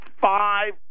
five